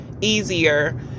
easier